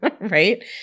right